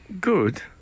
good